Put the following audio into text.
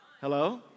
Hello